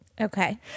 okay